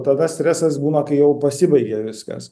tada stresas būna kai jau pasibaigia viskas